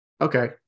Okay